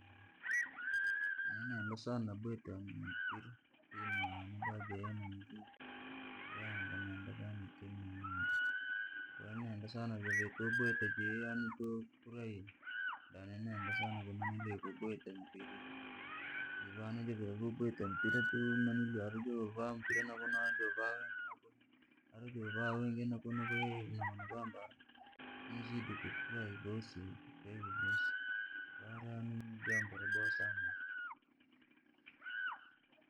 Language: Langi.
Nini nenda sana bweta mpira timu yane da ihi, yanga kwahiyo naendasana jave tobwita jei yaani tofurahia, da nini nenda sana kubweta mpira vivani juve vobwita mpira arejova mpira nakunu arijo vaa wingina kunu ina maana kwamba, nzidi kufurahi vosi irojambo rabohasana.